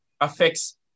affects